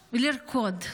ולרקוד.